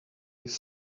kenny